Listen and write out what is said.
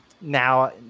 now